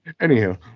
anyhow